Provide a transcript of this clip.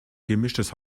gemischtes